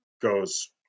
goes